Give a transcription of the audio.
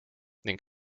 ning